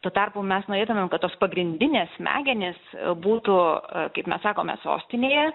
tuo tarpu mes norėtumėm kad tos pagrindinės smegenys būtų kaip mes sakome sostinėje